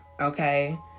okay